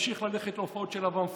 ותמשיך ללכת להופעות של אברהם פריד.